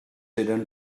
eren